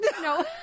No